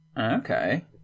Okay